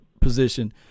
position